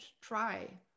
try